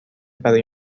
برای